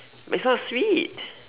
but it's not sweet